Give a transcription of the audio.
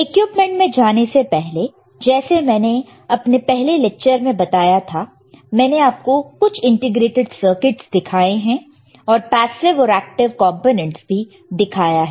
equipment में जाने से पहले जैसे मैंने अपने पहले लेक्चर में बताया था मैंने आपको कुछ इंटीग्रेटेड सर्किटस दिखाएं हैं और पैसीव और एक्टिव कंपोनेंट्स भी दिखाया है